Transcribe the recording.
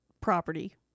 property